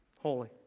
Holy